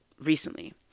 recently